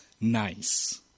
nice